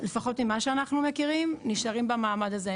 לפחות ממה שאנחנו מכירים, נשארים במעמד הזה.